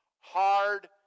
Hard